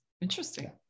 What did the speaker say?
Interesting